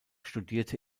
studierte